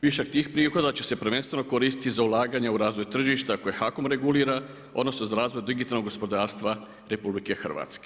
Višak tih prihoda će se prvenstveno koristiti za ulaganje za razvoj tržišta koje HAKOM regulira, odnosno, za razvoj digitalnog gospodarstva RH.